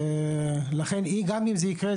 אם זה יקרה,